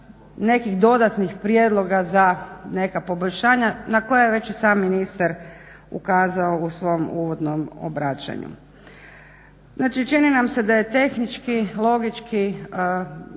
nekih dodatnih prijedloga za neka poboljšanja na koja je već i sam ministar ukazao u svom uvodnom obraćanju. Znači čini nam se da je tehnički, logički